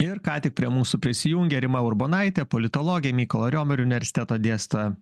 ir ką tik prie mūsų prisijungė rima urbonaitė politologė mykolo romerio universiteto dėstytoja